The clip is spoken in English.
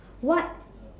what